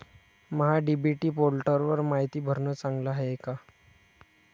महा DBT पोर्टलवर मायती भरनं चांगलं हाये का?